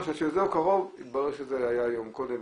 כשהגעתי קרוב התברר שזה היה יום קודם,